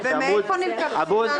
מאיפה הכסף?